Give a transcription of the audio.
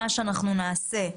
מה שנעשה,